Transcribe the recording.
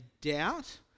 doubt